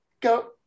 go